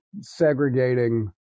segregating